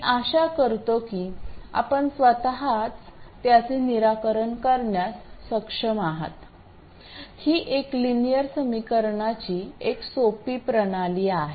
मी आशा करतो की आपण स्वतःच त्याचे निराकरण करण्यास सक्षम आहात ही एक लिनिअर समीकरणाची एक सोपी प्रणाली आहे